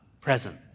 present